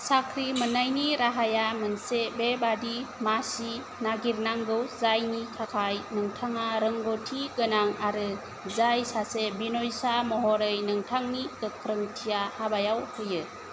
साख्रि मोननायनि राहाया मोनसे बेबादि मासि नागिरनांगौ जायनि थाखाय नोंथाङा रोंगथि गोनां आरो जाय सासे बिनयसा महरै नोंथांनि गोख्रोंथिया हाबायाव होयो